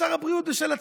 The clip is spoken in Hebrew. ושר הבריאות בשל עצמו.